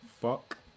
fuck